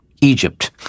Egypt